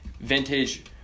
Vintage